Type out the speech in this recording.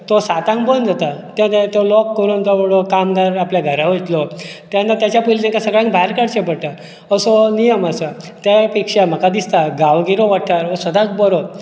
तो साताक बंद जाता त्या नंतर तो लॉक करून तो बाबडो कामदार आपल्या घरा वयतलो तेन्ना ताच्या पयलीं ताका सगळ्यांक भायर काडचें पडटा असो नियम आसा त्या पेक्षा म्हाका दिसता गांवगिरो वाठार हो सदांच बरो